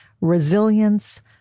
resilience